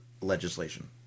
legislation